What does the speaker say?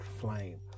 flame